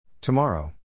Tomorrow